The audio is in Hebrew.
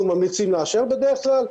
אנחנו ממליצים לאשר בדרך כלל,